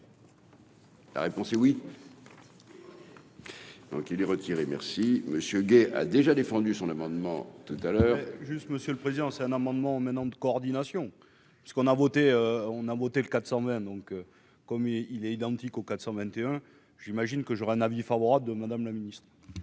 La réponse est oui. Donc il est retiré, merci Monsieur Gay a déjà défendu son amendement tout à l'heure juste. Monsieur le président, c'est un amendement maintenant de coordination, parce qu'on a voté, on a voté le 400 mètres donc, comme il est, il est identique au 421 j'imagine que j'aurais un avis favorable de Madame la Ministre.